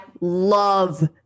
love